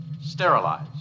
sterilize